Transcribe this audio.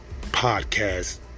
podcast